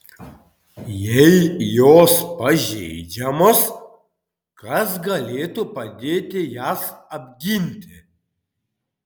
jei jos pažeidžiamos kas galėtų padėti jas apginti